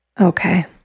Okay